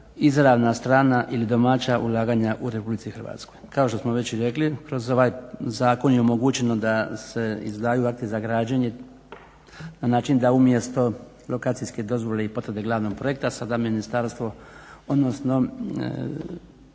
izravna strana ili domaća ulaganja u Republici Hrvatskoj. Kao što smo već i rekli kroz ovaj Zakon je omogućeno da se izdaju akti za građenje na način da umjesto lokacijske dozvole i potvrde glavnog projekta sada ministarstvo, odnosno